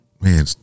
Man